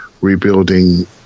rebuilding